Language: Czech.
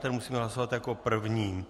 Ten musíme hlasovat jako první.